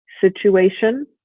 situation